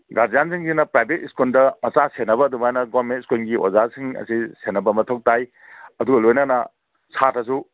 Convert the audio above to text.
ꯒꯥꯔꯖꯤꯌꯥꯟꯖꯤꯡꯖꯤꯅ private ꯁ꯭ꯀꯨꯜꯗ ꯃꯆꯥ ꯁꯦꯟꯅꯕ ꯑꯗꯨꯃꯥꯏꯅ ꯒꯣꯔꯟꯃꯦꯟ ꯁ꯭ꯀꯨꯜꯒꯤ ꯑꯣꯖꯥꯁꯤꯡ ꯑꯁꯤ ꯁꯦꯟꯅꯕ ꯃꯊꯧ ꯇꯥꯏ ꯑꯗꯨꯒ ꯂꯣꯏꯅꯅ ꯁꯥꯠꯇ꯭ꯔꯁꯨ